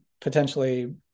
potentially